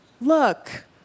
look